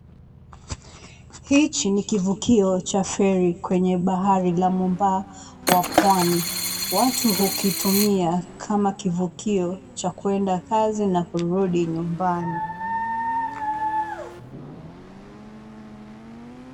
Hichi ni kivukio cha feri kwenye bahara la mwamba wa pwani. Watu hukitumia kama kivukio cha kwenda kazi na kurudi nyumbani.